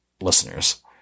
listeners